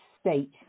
state